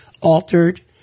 altered